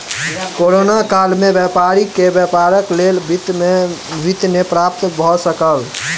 corona काल में व्यापारी के व्यापारक लेल वित्त नै प्राप्त भ सकल